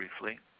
briefly